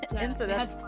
incident